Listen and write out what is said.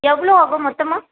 எவ்வளோ ஆகும் மொத்தமாக